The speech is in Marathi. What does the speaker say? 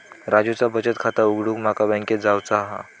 राजूचा बचत खाता उघडूक माका बँकेत जावचा हा